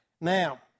Now